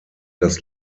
das